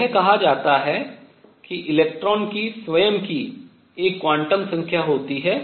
तो यह कहा जाता है कि इलेक्ट्रॉन की स्वयं की एक क्वांटम संख्या होती है